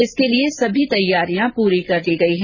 इसके लिए सभी तैयारियां पूरी कर ली गई है